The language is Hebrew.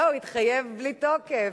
זהו, התחייב בלי תוקף.